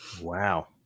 Wow